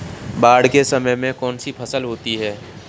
बाढ़ के समय में कौन सी फसल होती है?